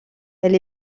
elle